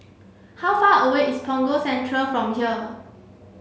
how far away is Punggol Central from here